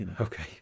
Okay